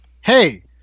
Hey